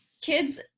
Kids